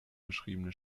beschriebene